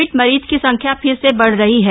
Covid मरीजों की संख्या फिर से बढ़ रही है